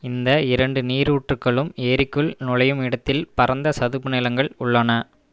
இந்த இரண்டு நீரூற்றுகளும் ஏரிக்குள் நுழையும் இடத்தில் பரந்த சதுப்பு நிலங்கள் உள்ளன